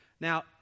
Now